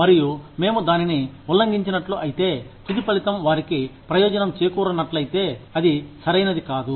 మరియు మేము దానిని ఉల్లంఘించినట్లు అయితే తుది ఫలితం వారికి ప్రయోజనం చేకూర్చినట్లయితే అది సరైనది కాదు